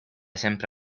sempre